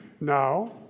now